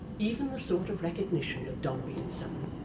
even the sort of recognition of dombey and son,